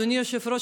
אדוני היושב-ראש,